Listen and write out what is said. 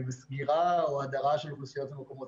סגירה או הדרה של אוכלוסיות במקומות